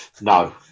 No